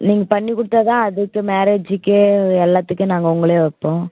நீங்கள் பண்ணிக் கொடுத்தா தான் அடுத்த மேரேஜுக்கு எல்லாத்துக்கும் நாங்கள் உங்களையே வைப்போம்